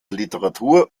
literatur